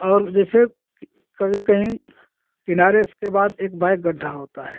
और जैसे कभी कहीं किनारे उसके बाद एक बैग गड्ढा होता है